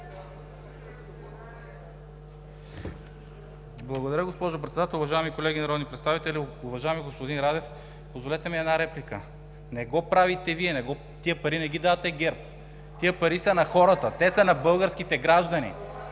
Благодаря, госпожо Председател. Уважаеми колеги народни представители! Уважаеми господин Радев, позволете ми една реплика. Не го правите Вие, тези пари не ги дава ГЕРБ! Тези пари са на хората, те са на българските граждани.